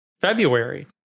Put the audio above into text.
February